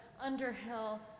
Underhill